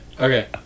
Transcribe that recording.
Okay